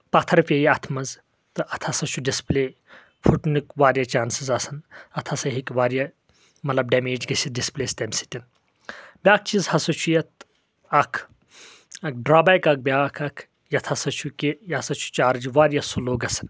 پتھر پیٚیہِ اتھہٕ منٛز تہٕ اتھ ہسا چھُ ڈسپٕلے پھٹنٕکۍ واریاہ چانسز آسان اتھ ہسا ہیٚکہِ واریاہ مطلب ڈیٚمیج گٔژھتھ ڈسپٕلے یس تمہِ سۭتٮ۪ن بیٚاکھ چیٖز ہسا چھُ یتھ اکھ اکھ ڈرابیک اکھ بیٚاکھ اکھ یتھ ہسا چھُ کہِ یہِ ہسا چھُ چارٕچ واریاہ سلو گژھان